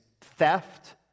theft